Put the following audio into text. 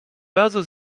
razu